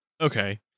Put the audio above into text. Okay